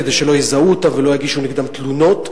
כדי שלא יזהו אותם ולא יגישו נגדם תלונות.